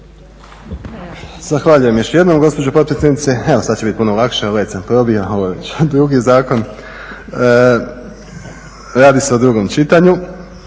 Zahvaljujem još jednom gospođo potpredsjednice. Evo sad će bit puno lakše, led sam probio. Ovo je već drugi zakon. Radi se o drugom čitanju,